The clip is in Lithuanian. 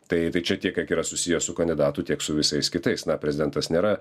tai tai čia tiek kiek yra susiję su kandidatų tiek su visais kitais na prezidentas nėra